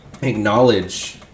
acknowledge